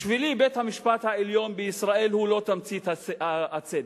שבשבילי בית-המשפט העליון בישראל הוא לא תמצית הצדק.